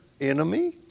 enemy